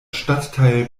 stadtteil